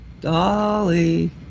Dolly